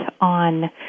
on